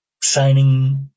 signing